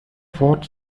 fourth